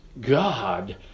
God